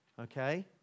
okay